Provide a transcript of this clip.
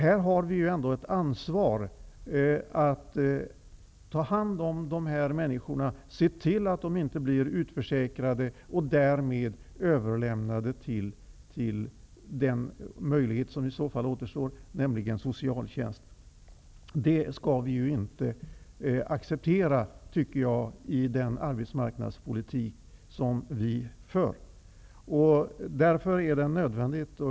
Vi har ju ett ansvar för att ta hand om de här människorna, se till att de inte blir utförsäkrade och därmed utlämnade till den enda möjlighet som återstår, nämligen socialtjänsten. Det skall vi inte acceptera i den arbetsmarknadspolitik som vi för. Därför är detta nödvändigt.